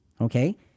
Okay